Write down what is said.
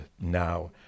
now